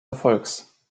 erfolgs